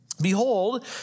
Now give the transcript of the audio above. Behold